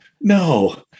no